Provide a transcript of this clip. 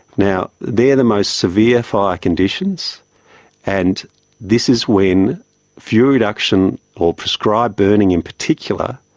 now, they're the most severe fire conditions and this is when fuel reduction, or prescribed burning in particular,